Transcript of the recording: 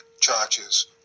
charges